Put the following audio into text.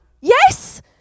Yes